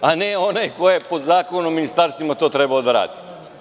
a ne onaj ko je po Zakonu o ministarstvima to trebao da radi.